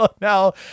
now